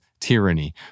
Tyranny